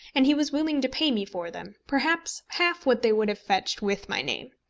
and he was willing to pay me for them, perhaps half what they would have fetched with my name.